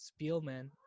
Spielman